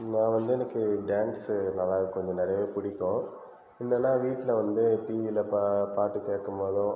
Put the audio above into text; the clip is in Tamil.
நான் வந்து எனக்கு டான்ஸ் நல்லாயிருக்கும் கொஞ்சம் நிறையவே பிடிக்கும் முன்னல்லாம் வீட்டில் வந்து டிவியில் பாட்டு பாட்டு கேட்கும்போதும்